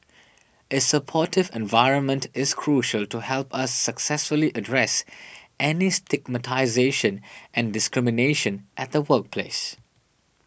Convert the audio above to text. a supportive environment is crucial to help us successfully address any stigmatisation and discrimination at the workplace